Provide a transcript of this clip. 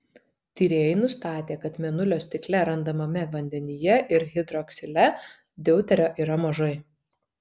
tyrėjai nustatė kad mėnulio stikle randamame vandenyje ir hidroksile deuterio yra mažai